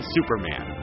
Superman